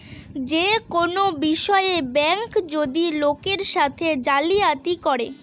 যে কোনো বিষয়ে ব্যাঙ্ক যদি লোকের সাথে জালিয়াতি করে